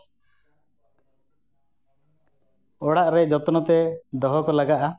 ᱚᱲᱟᱜ ᱨᱮ ᱡᱚᱛᱱᱚ ᱛᱮ ᱫᱚᱦᱚ ᱠᱚ ᱞᱟᱟᱜᱼᱟ